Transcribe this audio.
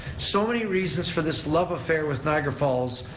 so many reasons for this love affair with niagara falls,